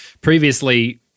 previously